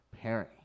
pairing